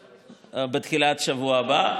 בתחילת השבוע הבא,